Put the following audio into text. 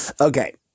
Okay